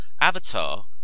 Avatar